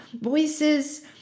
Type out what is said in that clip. Voices